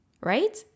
right